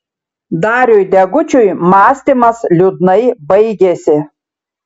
dariui degučiui mąstymas liūdnai baigėsi